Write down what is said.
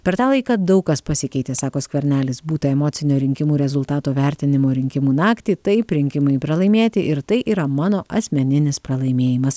per tą laiką daug kas pasikeitė sako skvernelis būta emocinio rinkimų rezultatų vertinimo rinkimų naktį taip rinkimai pralaimėti ir tai yra mano asmeninis pralaimėjimas